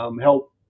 help